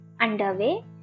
underway